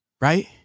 Right